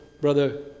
Brother